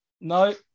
no